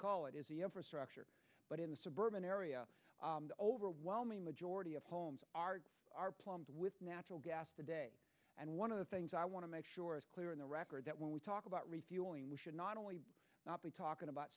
call it is the infrastructure but in the suburban area the overwhelming majority of homes are plumbed with natural gas today and one of the things i want to make sure is clear in the record that when we talk about refueling we should not only not be talking about